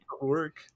work